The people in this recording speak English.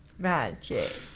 Magic